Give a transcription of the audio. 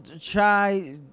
try